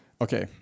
Okay